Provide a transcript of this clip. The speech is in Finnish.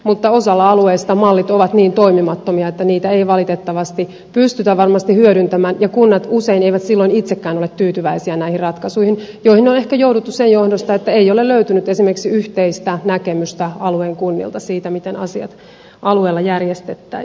mutta osalla alueista mallit ovat niin toimimattomia että niitä ei valitettavasti pystytä varmasti hyödyntämään ja kunnat usein eivät silloin itsekään ole tyytyväisiä näihin ratkaisuihin joihin on ehkä jouduttu sen johdosta että ei ole löytynyt esimerkiksi yhteistä näkemystä alueen kunnilta siitä miten asiat alueella järjestettäisiin